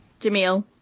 Jamil